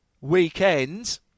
weekend